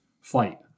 flight